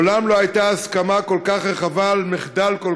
מעולם לא הייתה הסכמה כל כך רחבה על מחדל כל